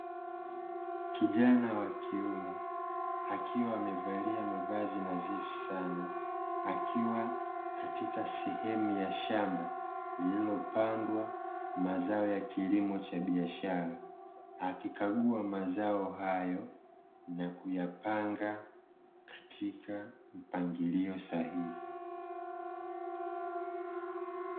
Kijana wa kiume akiwa amevalia mavazi nadhifu sana, akiwa katika sehemu ya shamba iliyopandwa mazai ya kilimo cha biashara, akikagua mazao hayo na kuyapanga katika mpangilio sahihi.